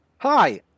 Hi